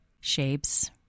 shapes